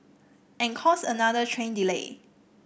and cause another train delay